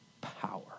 power